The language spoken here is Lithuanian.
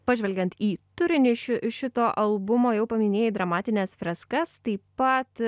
pažvelgiant į turinį ši šito albumo jau paminėjai dramatines freskas taip pat